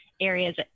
areas